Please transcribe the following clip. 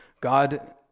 god